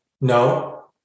No